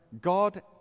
God